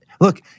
Look